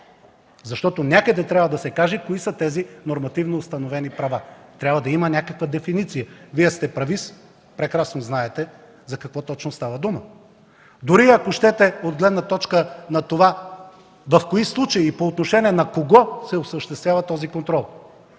Защото някъде трябва да се каже кои са тези нормативно установени права, трябва да има някаква дефиниция. Вие сте правист, прекрасно знаете за какво точно става дума, дори, ако щете, от гледна точка в кои случаи и по отношение на кого се осъществява този контрол